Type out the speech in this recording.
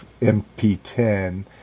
MP10